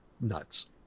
nuts